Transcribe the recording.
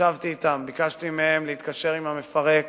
ישבתי אתן, ביקשתי מהן להתקשר עם המפרק,